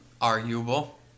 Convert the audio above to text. Arguable